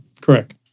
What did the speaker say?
Correct